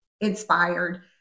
inspired